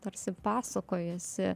tarsi pasakoj esi